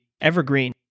Evergreen